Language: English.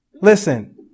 Listen